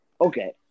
Okay